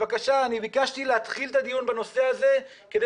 ביקשתי להתחיל את הדיון בנושא הזה כדי